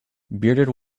bearded